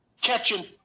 catching